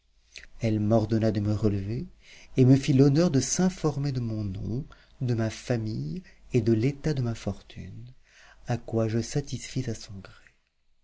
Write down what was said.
elle m'ordonna de me relever et me fit l'honneur de s'informer de mon nom de ma famille et de l'état de ma fortune à quoi je satisfis à son gré